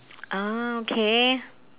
ah okay